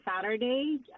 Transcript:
Saturday